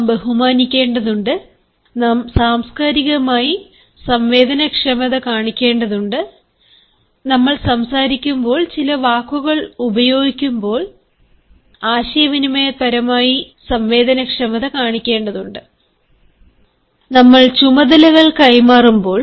നാം ബഹുമാനിക്കേണ്ടതുണ്ട് നാം സാംസ്കാരികമായി സംവേദനക്ഷമത കാണിക്കേണ്ടതുണ്ട് നമ്മൾ സംസാരിക്കുമ്പോൾചില വാക്കുകൾ ഉപയോഗിക്കുമ്പോൾ ആശയവിനിമയപരമായി സംവേദനക്ഷമത കാണിക്കേണ്ടതുണ്ട് നമ്മൾ ചുമതലകൾ അനുവദിക്കുമ്പോൾ